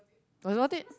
I got it